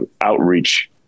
outreach